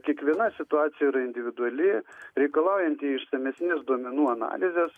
kiekviena situacija yra individuali reikalaujanti išsamesnės duomenų analizės